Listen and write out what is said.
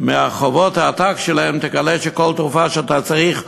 בגלל חובות העתק שלהן, תגלה שכל תרופה שאתה צריך,